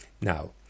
Now